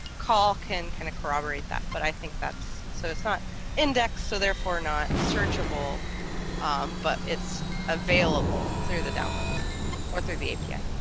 call can kind of corroborate that but i think that's so it's not indexed. so therefore not searchable but it's available through the downloads or through the api